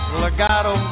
legato